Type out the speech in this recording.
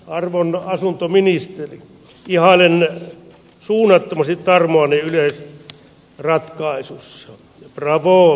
arvon asuntoministeri tiainen suunnattomasti tarmoanne rakkaaisuus rapo on